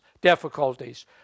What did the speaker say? difficulties